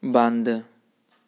ਬੰਦ